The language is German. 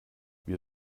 wir